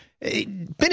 Ben &